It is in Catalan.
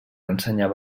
ensenyar